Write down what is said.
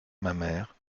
mamère